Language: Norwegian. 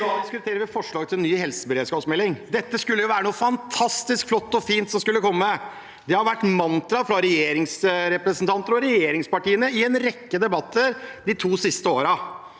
dag diskuterer vi forslag til ny helseberedskapsmelding. Dette skulle være noe fantastisk flott og fint som skulle komme. Det har vært mantraet fra regjeringsrepresentanter og regjeringspartiene i en rekke debatter de to siste årene.